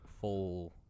full